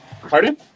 Pardon